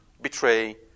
betray